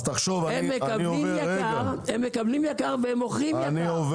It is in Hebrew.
הם מקבלים יקר והם מוכרים יקר.